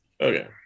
Okay